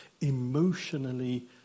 emotionally